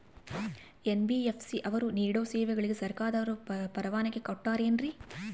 NBFC ಅವರು ನೇಡೋ ಸೇವೆಗಳಿಗೆ ಸರ್ಕಾರದವರು ಪರವಾನಗಿ ಕೊಟ್ಟಾರೇನ್ರಿ?